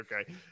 okay